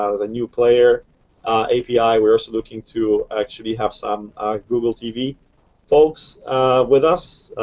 ah the new player api. we're also looking to actually have some google tv folks with us.